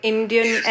Indian